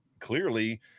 Clearly